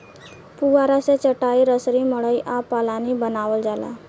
पुआरा से चाटाई, रसरी, मड़ई आ पालानी बानावल जाला